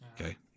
Okay